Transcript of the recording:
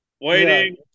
Waiting